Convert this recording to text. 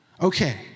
Okay